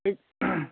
ঠিক